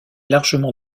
largement